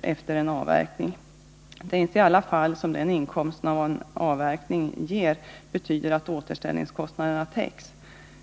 Det är inte alltid som den inkomst en avverkning ger betyder att återställningskostnaderna täcks.